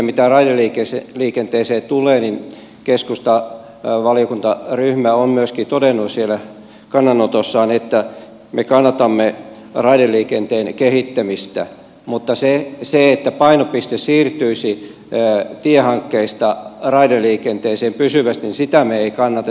mitä raideliikenteeseen tulee keskustan valiokuntaryhmä on myöskin todennut siellä kannanotossaan että me kannatamme raideliikenteen kehittämistä mutta sitä me emme kannata että painopiste siirtyisi tiehankkeista raideliikenteeseen pysyvästi